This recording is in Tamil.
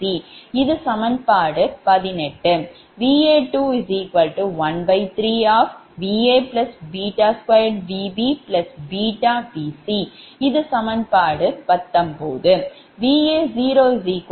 இது சமன்பாடு18 Va213 Va2VbβVcஇது சமன்பாடு 19 Va013 VaVbVcஇது சமன்பாடு 20